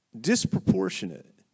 disproportionate